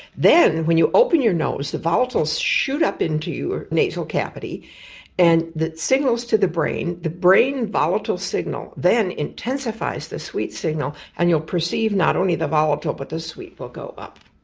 then, when you open your nose the volatiles shoot up into your nasal cavity and that signals to the brain, the brain volatile signal then intensifies intensifies the sweet signal and you'll perceive not only the volatile but the sweet will go up.